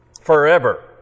forever